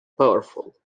powerful